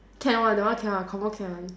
can one that one can one confirm can one